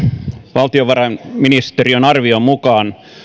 valtiovarainministeriön arvion mukaan